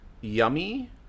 Yummy